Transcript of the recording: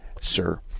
sir